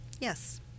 Yes